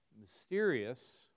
mysterious